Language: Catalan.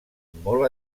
molt